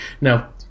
Now